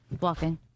walking